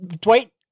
Dwight